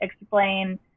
explain